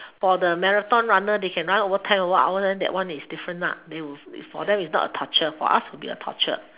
for the marathon runner they can run over ten over hour and that one is different they for them is not a torture for us will be a torture